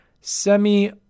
Semi